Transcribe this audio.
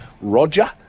Roger